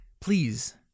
Please